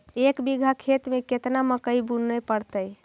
एक बिघा खेत में केतना मकई बुने पड़तै?